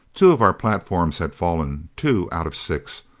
two of our platforms had fallen two out of six.